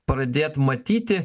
pradėt matyti